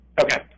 Okay